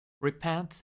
Repent